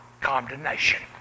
condemnation